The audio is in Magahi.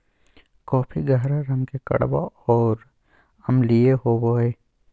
कॉफी गहरा रंग के कड़वा और अम्लीय होबो हइ